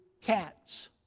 cats